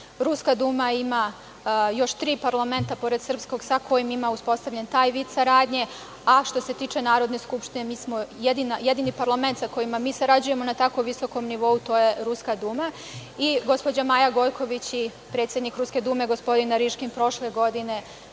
svetu. Ruska Duma ima još tri parlamenta, pored srpskog, sa kojima ima uspostavljen taj vid saradnje, a što se tiče Narodne skupštine, mi smo jedini parlament sa kojima mi sarađujemo na tako visokom novu, to je Ruska Duma. Gospođa Maja Gojković i predsednik Ruske Dume, gospodin Nariškin prošle godine